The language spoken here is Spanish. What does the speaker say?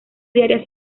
diaria